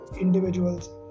individuals